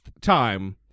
time